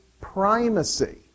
primacy